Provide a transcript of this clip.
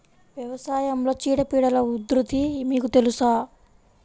వ్యవసాయంలో చీడపీడల ఉధృతి మీకు తెలుసా?